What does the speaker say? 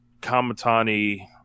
Kamatani